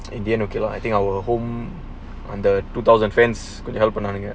in the end okay lah I think our home on the two thousand fans could help a nottingham